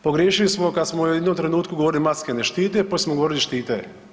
Pogriješili smo kad smo u jednom trenutku govorili maske ne štite, pa smo govorili štite.